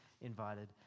invited